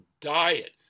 diet